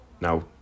now